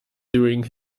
during